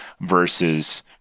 versus